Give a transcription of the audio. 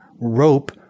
rope